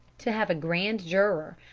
to have a grand juror,